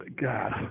God